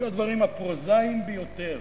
זה הדברים הפרוזאיים ביותר.